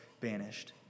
banished